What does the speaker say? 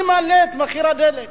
אני מעלה את מחיר הדלק.